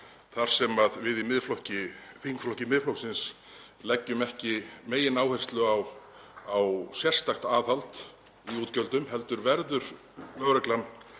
þar sem við í þingflokki Miðflokksins leggjum ekki megináherslu á sérstakt aðhald í útgjöldum heldur verður lögreglan